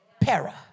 Para